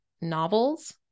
novels